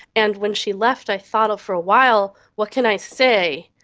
and when she left i thought for a while what can i say?